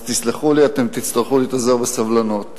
אז תסלחו לי, תצטרכו להתאזר בסבלנות.